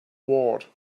ward